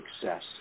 success